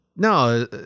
No